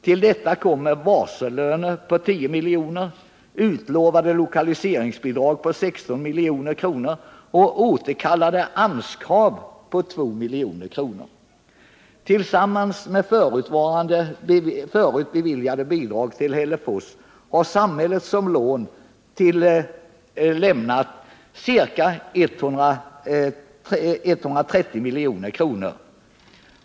Till detta kommer varsellöner på 10 milj.kr., utlovade lokaliseringsbidrag på 16 milj.kr. och återkallade AMS-krav på 2 milj.kr. Tillsammans med förut beviljade bidrag till Hällefors har samhället som lån och bidrag lämnat ca 130 milj.kr.